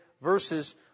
verses